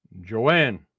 Joanne